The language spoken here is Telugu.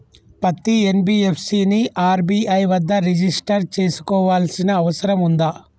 పత్తి ఎన్.బి.ఎఫ్.సి ని ఆర్.బి.ఐ వద్ద రిజిష్టర్ చేసుకోవాల్సిన అవసరం ఉందా?